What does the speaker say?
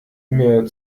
mir